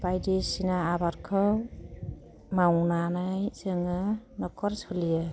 बायदिसिना आबादखौ मावनानै जोङो नखर सोलियो